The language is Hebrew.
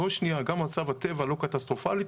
גם מצב הטבע לא קטסטרופלי,